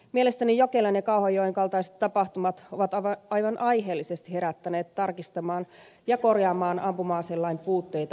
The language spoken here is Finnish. mielestäni jokelan ja kauhajoen kaltaiset tapahtumat ovat aivan aiheellisesti herättäneet tarkistamaan ja korjaamaan ampuma aselain puutteita